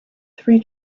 three